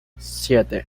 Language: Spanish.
siete